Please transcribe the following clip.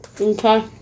Okay